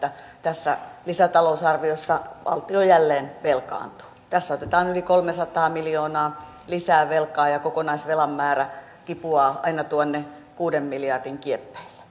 tässä lisätalousarviossa valtio jälleen velkaantuu tässä otetaan yli kolmesataa miljoonaa lisää velkaa ja ja kokonaisvelan määrä kipuaa aina tuonne kuuden miljardin kieppeille